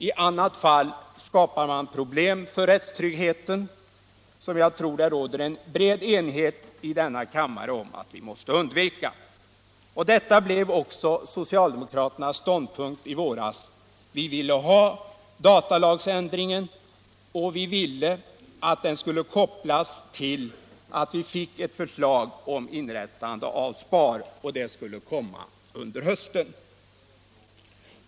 I annat fall skapar man problem för rättssäkerheten, och det tror jag att det råder en bred enighet i denna kammare om att vi måste undvika. Detta blev också socialdemokraternas ståndpunkt i våras. Vi ville ha datalagsändringen och vi ville att den skulle kopplas till ett förslag om inrättande av SPAR, vilket skulle komma under hösten.